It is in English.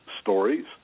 stories